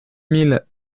mille